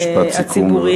משפט סיכום,